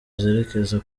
zerekeza